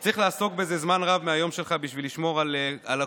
אתה צריך לעסוק בזה זמן רב מהיום שלך בשביל לשמור על הקואליציה,